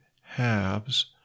halves